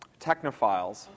technophiles